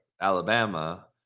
Alabama